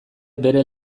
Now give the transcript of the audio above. bere